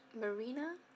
Marina